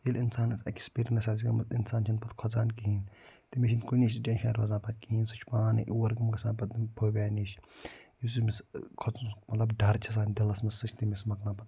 ییٚلہِ اِنسانَس اٮ۪کٕسپیٖریَنٕس آسہِ گٔمٕژ اِنسان چھِنہٕ پَتہٕ کھۄژان کِہیٖنۍ تٔمِس چھِنہٕ کُنے سُہ ٹٮ۪نشَن روزان پَتہٕ کِہیٖنۍ سُہ چھِ پانَے اوٚوَر کم گَژھان پَتہٕ تَمہِ فوبیا نِش یُس أمِس کھۄژُن مَطلَب ڈَر چھِ آسان دِلَس مَنٛز سُہ چھِ تٔمِس مَکلان پَتہٕ پانَے